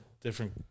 different